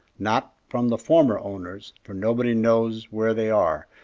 not from the former owners, for nobody knows where they are,